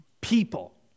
people